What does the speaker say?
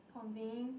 conveying